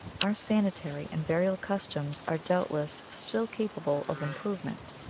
our sanitary and burial customs are doubtless still capable of improvement!